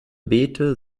beete